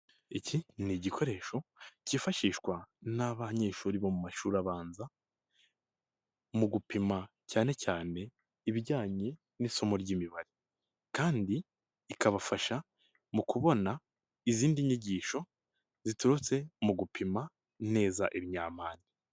Iki ni igikoresho cyifashishwa n'abanyeshuri bo mu mashuri abanza mu gupima cyane cyane ibijyanye n'isomo ry'imibare kandi ikabafasha mu kubona izindi nyigisho ziturutse mu gupima neza ibinyampano.